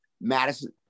Madison